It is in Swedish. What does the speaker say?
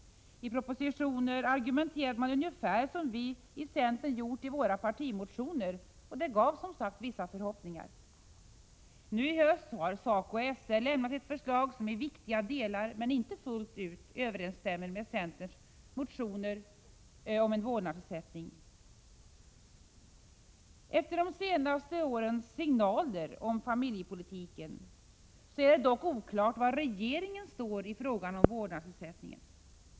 I propositioner argumenterade man ungefär som vi i centern gjort i våra partimotioner, och det gav som sagt vissa förhoppningar. Nui höst har SACO/SR lämnat ett förslag som i viktiga delar, men inte fullt ut, överensstämmer med centerns motioner om en vårdnadsersättning. Efter de senaste årens signaler om familjepolitiken är det dock oklart var regeringen står i frågan om vårdnadsersättningen.